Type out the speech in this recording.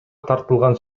тартылган